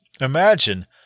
Imagine